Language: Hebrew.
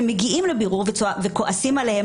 או שהם מגיעים לבירור וכועסים עליהם